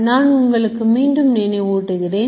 நான் உங்களுக்கு மீண்டும் நினைவூட்டுகிறேன்